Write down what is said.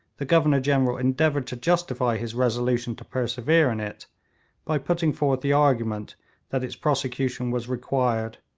the governor-general endeavoured to justify his resolution to persevere in it by putting forth the argument that its prosecution was required,